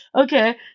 Okay